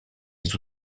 les